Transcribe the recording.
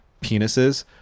penises